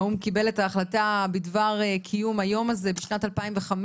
האו"ם קיבל את ההחלטה בדבר קיום היום הזה בשנת 2015,